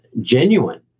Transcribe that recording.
genuine